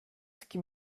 qui